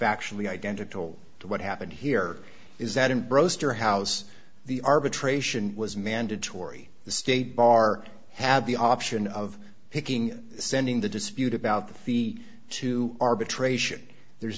factually identical to what happened here is that in broster house the arbitration was mandatory the state bar have the option of picking sending the dispute about the fee to arbitration there's